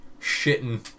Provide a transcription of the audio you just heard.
shitting